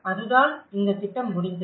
அதுதான் இந்த திட்டம் முடிந்தது